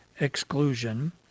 exclusion